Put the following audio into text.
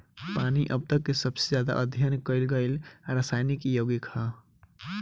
पानी अब तक के सबसे ज्यादा अध्ययन कईल गईल रासायनिक योगिक ह